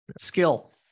Skill